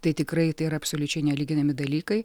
tai tikrai tai yra absoliučiai nelyginami dalykai